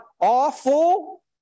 awful